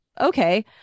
Okay